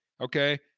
okay